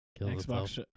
Xbox